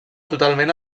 totalment